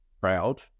proud